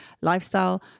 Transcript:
lifestyle